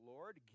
Lord